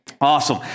Awesome